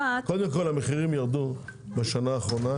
קודם כל, המחירים ירדו בשנה האחרונה